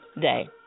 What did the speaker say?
day